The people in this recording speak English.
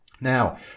now